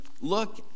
look